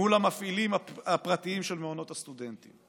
מול המפעילים הפרטיים של מעונות הסטודנטים.